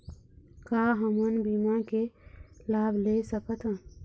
का हमन बीमा के लाभ ले सकथन?